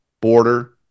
border